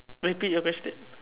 repeat your question